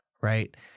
Right